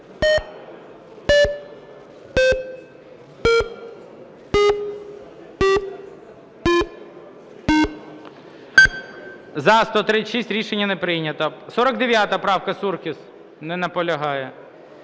За-136 Рішення не прийнято. 49 правка, Суркіс. Не наполягає.